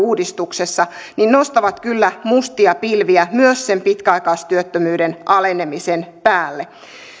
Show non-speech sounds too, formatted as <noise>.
<unintelligible> uudistuksessa nostavat kyllä mustia pilviä myös sen pitkäaikaistyöttömyyden alenemisen päälle